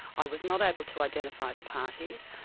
i was not able to identify the parties,